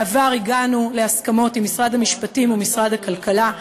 בעבר הגענו להסכמות עם משרד המשפטים ומשרד הכלכלה,